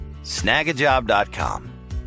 snagajob.com